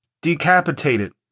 Decapitated